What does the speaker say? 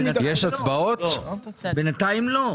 בינתיים לא.